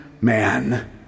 man